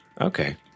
Okay